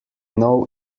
know